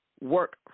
work